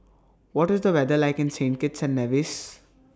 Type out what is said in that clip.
What IS The weather like in Saint Kitts and Nevis